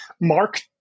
Mark